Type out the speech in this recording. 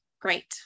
great